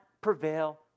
prevail